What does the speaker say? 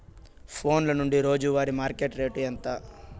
ఫోన్ల నుండి రోజు వారి మార్కెట్ రేటు ఎంత?